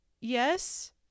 yes